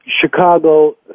Chicago